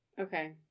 Okay